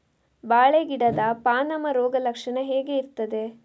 ಬಾಳೆ ಗಿಡದ ಪಾನಮ ರೋಗ ಲಕ್ಷಣ ಹೇಗೆ ಇರ್ತದೆ?